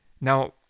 Now